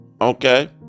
Okay